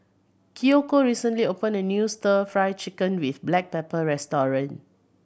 Kiyoko recently opened a new Stir Fry Chicken with black pepper restaurant